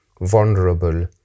vulnerable